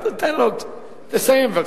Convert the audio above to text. אל תיתן לו, לסיים, בבקשה.